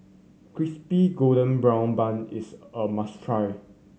Crispy Golden Brown Bun is a must try